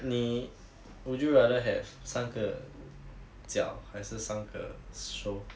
你 would you rather have 三个脚还是三个手